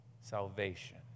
salvation